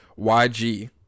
YG